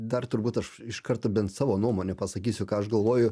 dar turbūt aš iš karto bent savo nuomonę pasakysiu ką aš galvoju